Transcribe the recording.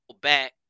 back